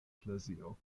eklezio